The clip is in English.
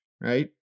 right